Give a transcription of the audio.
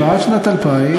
מ-1967 עד שנת 2000,